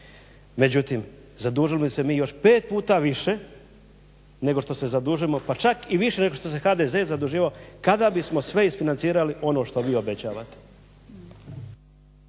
Međutim, zadužili se mi još pet puta više nego što se zadužujemo pa čak i više nego što se HDZ zaduživao kada bismo sve isfinancirali ono što vi obećavate?